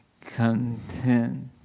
content